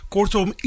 Kortom